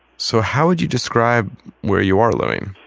so how would you describe where you are living?